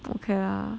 okay lah